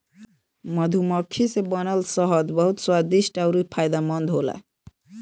मधुमक्खी से बनल शहद बहुत स्वादिष्ट अउरी फायदामंद होला